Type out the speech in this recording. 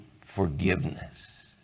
forgiveness